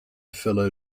fellow